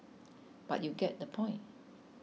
but you get the point